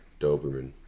Doberman